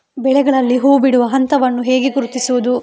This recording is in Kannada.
ಬೆಳೆಗಳಲ್ಲಿ ಹೂಬಿಡುವ ಹಂತವನ್ನು ಹೇಗೆ ಗುರುತಿಸುವುದು?